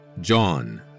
John